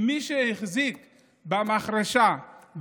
כי מי שהחזיק במחרשה,